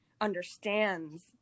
understands